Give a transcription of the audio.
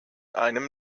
einem